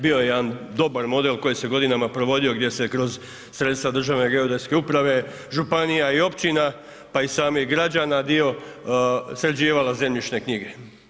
Bio je jedan dobar model koji se godinama provodio gdje se kroz sredstva Državne geodetske uprave, županija i općina pa i samih građana dio sređivalo zemljišne knjige.